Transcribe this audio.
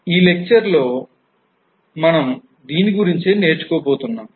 ఈ లెక్చర్ లో మనం దీని గురించే నేర్చుకోబోతున్నాం